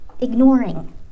ignoring